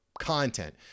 content